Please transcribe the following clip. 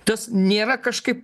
tas nėra kažkaip